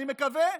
אני מקווה,